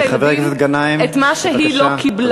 להעניק לילדים את מה שהיא לא קיבלה.